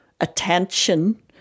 attention